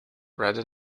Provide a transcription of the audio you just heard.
rather